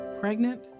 Pregnant